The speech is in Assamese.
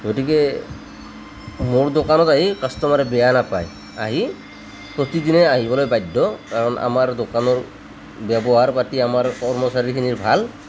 গতিকে মোৰ দোকানত আহি কাষ্টমাৰে বেয়া নাপায় আহি প্ৰতিদিনে আহিবলৈ বাধ্য কাৰণ আমাৰ দোকানত ব্যৱহাৰ পাতি আমাৰ কৰ্মচাৰীখিনিৰ ভাল